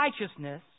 righteousness